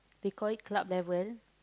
they call it club level